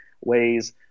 ways